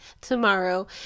tomorrow